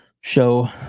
show